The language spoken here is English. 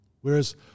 Whereas